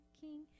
King